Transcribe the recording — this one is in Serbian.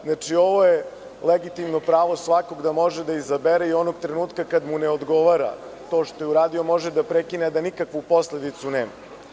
Znači, ovo je legitimno pravo svakog da može da izabere i onog trenutka kada mu ne odgovara to što je uradio može da prekine, a da nikakvu posledicu nema.